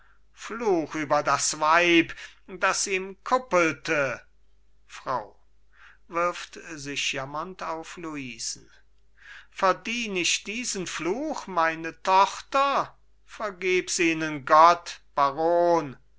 fluch über das weib das ihm kuppelte frau wirft sich jammernd auf luisen verdien ich diesen fluch meine tochter vergeb's ihnen gott baron